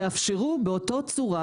תאפשרו באותה צורה,